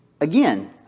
again